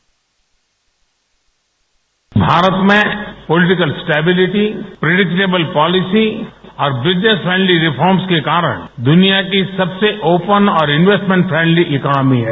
bite Bharat में political stability predictable policy और business friendly reforms के कारण दुनिया की सबसे ओपन और इन्वेस्टमेंट फ्रेंडली इकनॉमी है